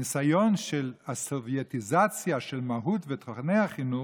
הניסיון של הסובייטיזציה של מהות ותוכני החינוך,